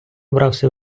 вбрався